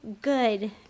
good